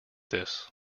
this